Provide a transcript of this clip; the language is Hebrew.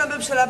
של הממשלה,